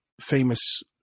famous